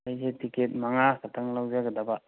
ꯑꯩꯁꯦ ꯇꯤꯛꯀꯦꯠ ꯃꯉꯥ ꯈꯛꯇꯪ ꯂꯧꯖꯒꯗꯕ